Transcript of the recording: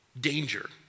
danger